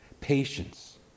patience